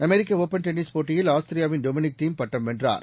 அமெரிக்கஓப்பன் tennis போட்டியில் ஆஸ்திரியாவின் Dominic Thiem பட்டம் வென்றார்